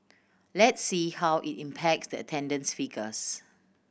let's see how it impacts the attendance figures